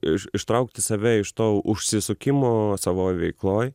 iš ištraukti save iš to užsisukimo savoj veikloj